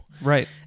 Right